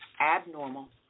abnormal